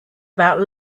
about